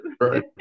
right